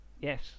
yes